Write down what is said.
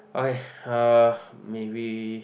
okay uh maybe